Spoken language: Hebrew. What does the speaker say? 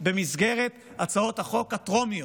במסגרת הצעות החוק הטרומיות.